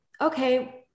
okay